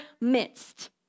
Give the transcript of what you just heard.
midst